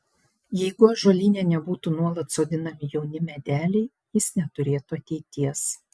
jeigu ąžuolyne nebūtų nuolat sodinami jauni medeliai jis neturėtų ateities